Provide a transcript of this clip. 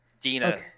Dina